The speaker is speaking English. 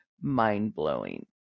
mind-blowing